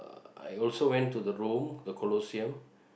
I also went to the Rome the Colosseum